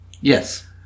yes